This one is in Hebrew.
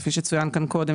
כפי שצוין כאן קודם,